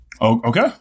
Okay